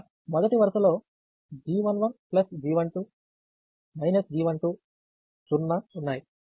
ఇక్కడ మొదటి వరుసలో G11G12 G12 0 ఉన్నాయి